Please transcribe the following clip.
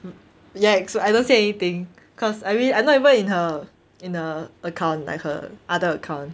!yikes! I don't say anything cause I mean I'm not even in her in her account like her other account